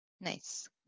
Nice